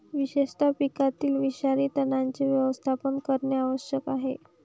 विशेषतः पिकातील विषारी तणांचे व्यवस्थापन करणे आवश्यक आहे